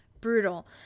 brutal